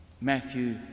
Matthew